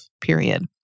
period